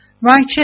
Righteous